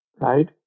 right